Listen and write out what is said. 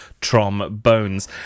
trombones